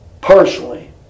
personally